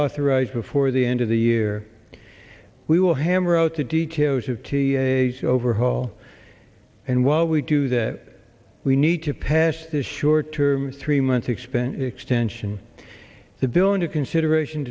authorized before the end of the year we will hammer out the details of a overhaul and while we do that we need to pass the short term three months expense extension the bill into consideration